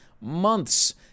months